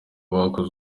bakoze